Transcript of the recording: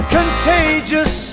Contagious